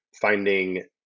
finding